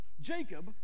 jacob